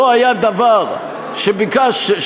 לא היה דבר שביקשת,